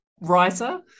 writer